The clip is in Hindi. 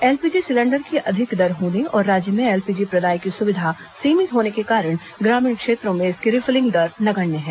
एलपीजी सिलेंडर की अधिक दर होने और राज्य में एलपीजी प्रदाय की सुविधा सीमित होने के कारण ग्रामीण क्षेत्रों में इसकी रिफलिंग दर नगण्य है